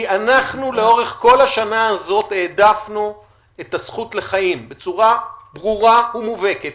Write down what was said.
אנחנו לאורך כל השנה הזאת העדפנו את הזכות לחיים בצורה ברורה ומובהקת,